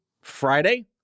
Friday